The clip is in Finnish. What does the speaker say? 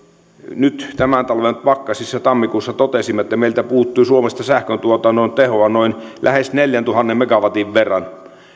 nyt tämän talven pakkasissa tammikuussa totesimme että meiltä puuttuu suomesta sähköntuotannon tehoa lähes neljäntuhannen megawatin verran